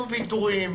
והיו ויתורים,